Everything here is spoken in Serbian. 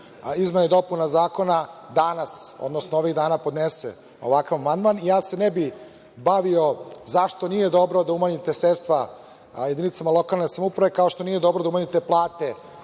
izmena i dopuna Zakona danas, odnosno ovih dana podnese ovakav amandman. Ja se ne bih bavio zašto nije dobro da umanjite sredstva jedinicama lokalne samouprave kao što nije dobro da umanjite plate